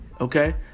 Okay